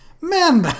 man